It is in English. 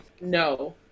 No